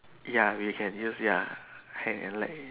ya we can use ya hand and leg